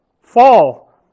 fall